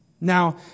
Now